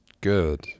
good